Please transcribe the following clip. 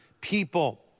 people